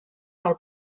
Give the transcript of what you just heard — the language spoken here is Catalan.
del